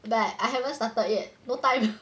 but I haven't started yet no time